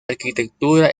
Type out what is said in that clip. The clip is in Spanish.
arquitectura